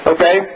Okay